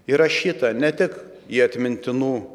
įrašyta ne tik į atmintinų